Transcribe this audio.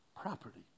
property